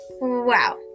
Wow